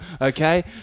okay